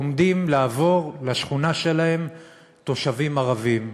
עומדים לעבור לשכונה שלהם תושבים ערבים.